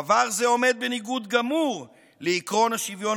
דבר זה עומד בניגוד גמור לעקרון השוויון